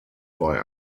boy